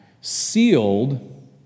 sealed